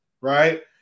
Right